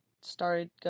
started